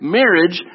marriage